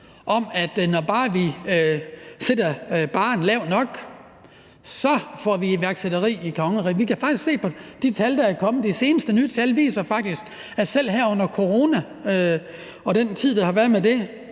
om, at når bare vi sætter barren lavt nok, får vi iværksætteri i kongeriget, ikke holder. Vi kan faktisk se på de tal, der er kommet; de seneste nye tal viser, at selv her under corona og den tid, der har været med det,